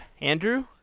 Andrew